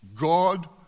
God